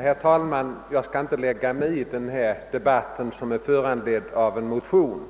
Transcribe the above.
Herr talman! Jag skall inte lägga mig i den här debatten, som föranletts av en motion.